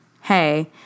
hey